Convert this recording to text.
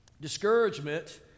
Discouragement